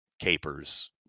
capers